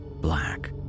black